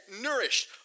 nourished